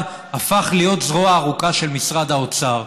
הפך להיות זרוע ארוכה של משרד האוצר,